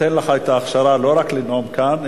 נותנים לך את ההכשרה לא רק לנאום כאן,